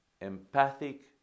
empathic